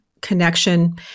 connection